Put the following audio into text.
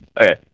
Okay